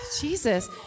Jesus